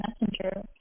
messenger